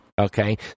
Okay